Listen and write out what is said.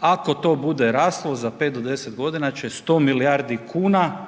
ako to bude raslo za 5 do 10 godina će 100 milijardi kuna